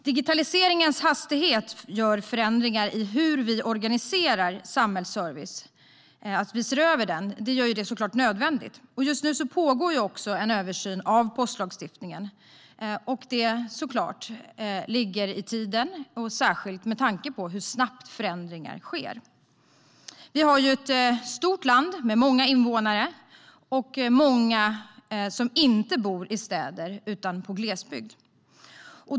Digitaliseringens hastighet innebär förändringar i hur vi organiserar samhällsservicen. Det är såklart nödvändigt att vi ser över den. Just nu pågår en översyn av postlagstiftningen. Det ligger i tiden, särskilt med tanke på hur snabbt förändringar sker. Vi har ett stort land med många invånare, och det är många som inte bor i städer utan i glesbygd.